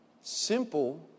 simple